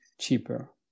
cheaper